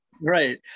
Right